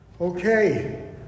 Okay